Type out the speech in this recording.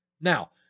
Now